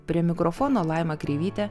prie mikrofono laima kreivytė